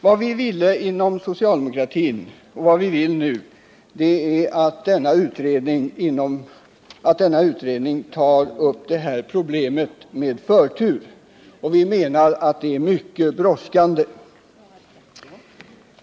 Vad vi ville inom socialdemokratin och vad vi vill nu är att denna utredning tar upp det här problemet med förtur. Vi menar att det är mycket brådskande.